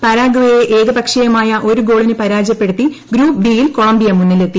പരാഗ്വെയെ ഏകപക്ഷീയമായ ഒരു ഗോളിന് പരാജയപ്പെടുത്തി ഗ്രൂപ്പ് ബി യിൽ കൊളംബിയ മുന്നിലെത്തി